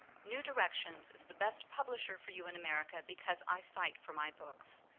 new directions is the best publisher for you in america because i fight for my books.